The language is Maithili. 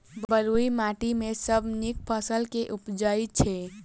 बलुई माटि मे सबसँ नीक फसल केँ उबजई छै?